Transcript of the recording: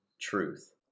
truth